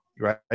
right